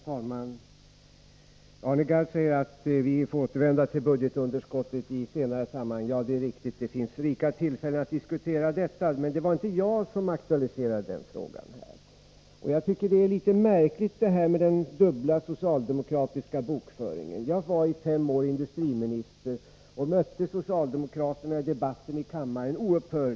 Herr talman! Arne Gadd säger att vi får återvända till budgetunderskottet i senare sammanhang. Ja, det är riktigt. Det finns rika tillfällen att diskutera detta, men det var inte jag som aktualiserade den frågan här. Det är litet märkligt med den dubbla socialdemokratiska bokföringen. Jag var i fem år industriminister och mötte oupphörligt socialdemokraterna i debatten i kammaren.